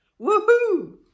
woohoo